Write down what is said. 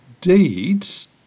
deeds